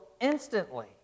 instantly